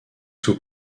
sous